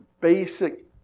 basic